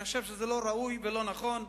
אני חושב שזה לא ראוי ולא נכון.